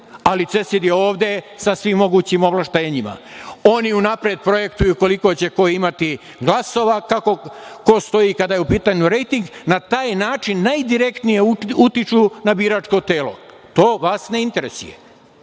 ali CESID je ovde sa svim mogućim ovlašćenjima. Oni unapred projektuju koliko će ko imati glasova, kako ko stoji kada je u pitanju rejting. Na taj način najdirektnije utiču na biračko telo. To vas ne interesuje. Vas